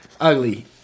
ugly